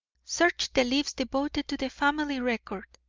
search the leaves devoted to the family record.